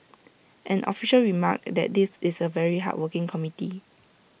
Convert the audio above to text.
an official remarked that this was A very hardworking committee